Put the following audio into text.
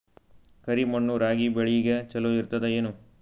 ಕರಿ ಮಣ್ಣು ರಾಗಿ ಬೇಳಿಗ ಚಲೋ ಇರ್ತದ ಏನು?